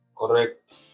Correct